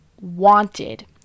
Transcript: wanted